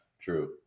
true